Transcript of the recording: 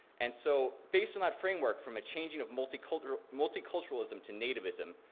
and so based on that framework from a changing of multi-culturalism multi-culturalism to nativism,